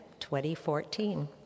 2014